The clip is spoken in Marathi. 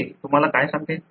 ते तुम्हाला काय सांगते